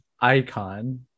Icon